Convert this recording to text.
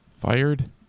Fired